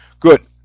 Good